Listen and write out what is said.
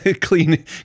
clean